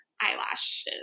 eyelashes